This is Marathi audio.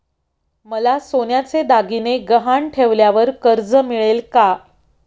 मला सोन्याचे दागिने गहाण ठेवल्यावर कर्ज मिळेल का?